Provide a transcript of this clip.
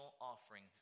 offering